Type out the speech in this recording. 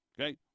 Okay